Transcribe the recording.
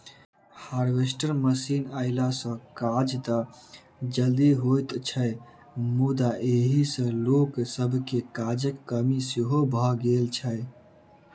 harvester machine अयला सॅ काज त जल्दी होइत छै मुदा एहि सॅ लोक सभके काजक कमी सेहो भ गेल छै